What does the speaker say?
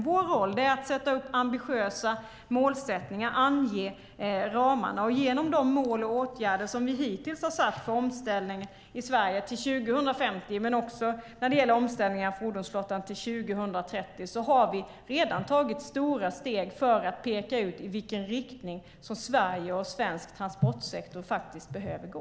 Vår roll är att sätta upp ambitiösa målsättningar och ange ramarna. Genom de mål och åtgärder vi hittills har satt för omställningen i Sverige till 2050 och när det gäller omställning av fordonsflottan till 2030 har vi redan tagit stora steg för att peka ut i vilken riktning Sverige och svensk transportsektor faktiskt behöver gå.